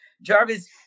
Jarvis